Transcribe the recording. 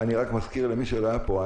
אני מזכיר למי שלא היה פה,